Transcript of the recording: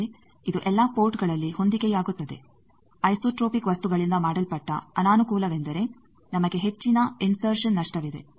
ಆದರೆ ಇದು ಎಲ್ಲಾ ಪೋರ್ಟ್ಗಳಲ್ಲಿ ಹೊಂದಿಕೆಯಾಗುತ್ತದೆ ಐಸೋಟ್ರೋಪಿಕ್ ವಸ್ತುಗಳಿಂದ ಮಾಡಲ್ಪಟ್ಟ ಅನಾನುಕೂಲವೆಂದರೆ ನಮಗೆ ಹೆಚ್ಚಿನ ಇನ್ಸೆರ್ಶನ್ ನಷ್ಟವಿದೆ